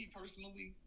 personally